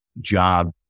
job